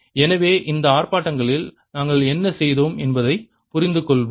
எனவே இந்த ஆர்ப்பாட்டங்களில் நாங்கள் என்ன செய்தோம் என்பதைப் புரிந்துகொள்வோம்